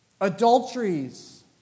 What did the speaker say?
adulteries